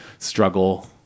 struggle